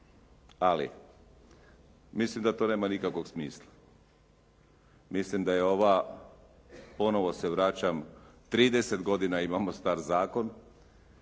ali mislim da to nema nikakvog smisla. Mislim da je ova, ponovo se vraćam, 30 godina imamo star zakon.